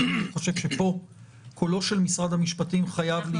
אני חושב שפה קולו של משרד המשפטים חייב להישמע.